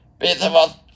beautiful